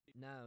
No